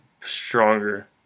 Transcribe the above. stronger